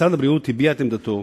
משרד הבריאות הביע את עמדתו,